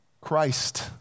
Christ